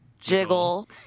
Jiggle